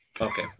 Okay